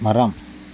மரம்